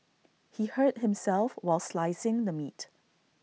he hurt himself while slicing the meat